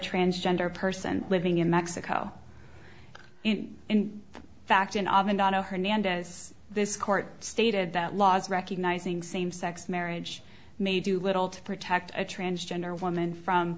transgender person living in mexico in fact and often donna hernandez this court stated that laws recognizing same sex marriage may do little to protect a transgender woman from